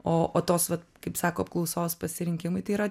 o o tos vat kaip sako apklausos pasirinkimai tai yra